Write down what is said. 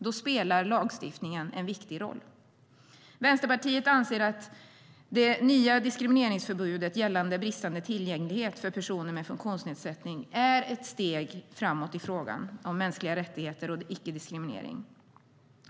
Då spelar lagstiftningen en viktig roll. Vänsterpartiet anser att det nya diskrimineringsförbudet gällande bristande tillgänglighet för personer med funktionsnedsättning är ett steg framåt i frågan om mänskliga rättigheter och icke-diskriminering.